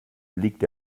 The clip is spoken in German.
liegt